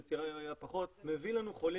בצורה יעילה פחות מביא לנו חולים,